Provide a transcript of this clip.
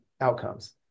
outcomes